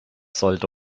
sollte